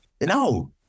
no